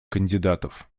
кандидатов